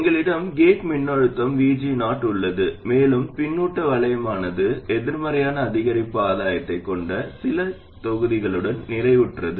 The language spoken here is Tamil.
எங்களிடம் கேட் மின்னழுத்தம் VG0 உள்ளது மேலும் பின்னூட்ட வளையமானது எதிர்மறையான அதிகரிப்பு ஆதாயத்தைக் கொண்ட சில தொகுதிகளுடன் நிறைவுற்றது